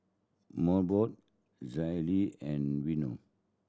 Mobot Zalia and Vono